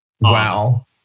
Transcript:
Wow